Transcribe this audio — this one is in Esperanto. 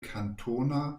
kantona